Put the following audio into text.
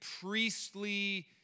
priestly